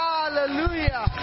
Hallelujah